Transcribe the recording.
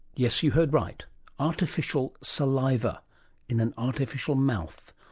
yes, you heard right artificial saliva in an artificial mouth,